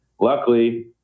luckily